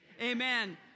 Amen